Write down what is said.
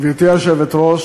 גברתי היושבת-ראש,